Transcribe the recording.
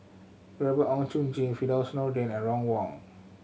Gabriel Oon Chong Jin Firdaus Nordin and Ron Wong